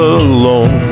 alone